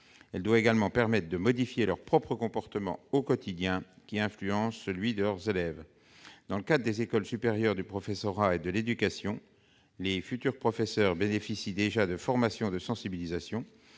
Elle doit également leur permettre de modifier leur propre comportement au quotidien, comportement qui influence celui des élèves. Dans le cadre des écoles supérieures du professorat et de l'éducation, les futurs professeurs bénéficient déjà de formations de sensibilisation